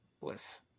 Bliss